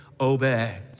Obey